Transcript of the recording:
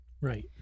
right